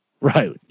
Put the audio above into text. Right